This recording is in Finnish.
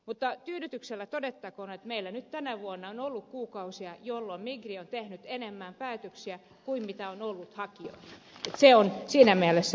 mutta tyydytyksellä todettakoon että meillä nyt tänä vuonna on ollut kuukausia jolloin migri on tehnyt enemmän päätöksiä kuin on ollut hakijoita että se on siinä mielessä